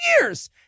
years